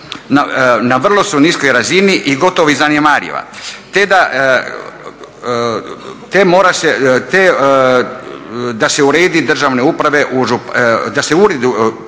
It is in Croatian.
na vrlo su niskoj razini i gotovo zanemariva, te da se uredi državne uprave u